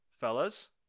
fellas